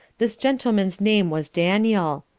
this gentleman's name was danniel,